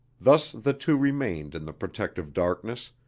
thus the two remained in the protective darkness,